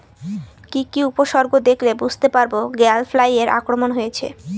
কি কি উপসর্গ দেখলে বুঝতে পারব গ্যাল ফ্লাইয়ের আক্রমণ হয়েছে?